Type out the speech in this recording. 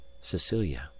Cecilia